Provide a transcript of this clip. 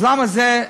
אז למה זה,